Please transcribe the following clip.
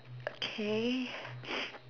okay